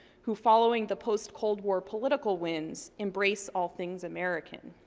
who, following the post cold war political winds, embrace all things american.